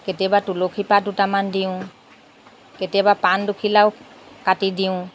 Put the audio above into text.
কেতিয়াবা তুলসী পাত দুটামান দিওঁ কেতিয়াবা পাণ দুখিলাও কাটি দিওঁ